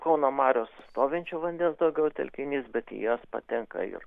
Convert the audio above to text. kauno marios stovinčio vandens daugiau telkinys bet į jas patenka ir